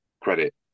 credit